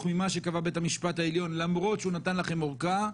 ממה שקבע בית המשפט העליון למרות שהוא נתן לכם ארכה,